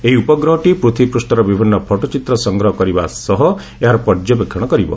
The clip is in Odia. ଏହି ଉପଗ୍ରହଟି ପୂଥିବୀ ପୂଷ୍ଠର ବିଭିନ୍ନ ଫଟୋଚିତ୍ର ସଂଗ୍ରହ କରିବା ସହ ଏହାର ପର୍ଯ୍ୟବେକ୍ଷଣ କରିବ